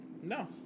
No